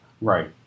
Right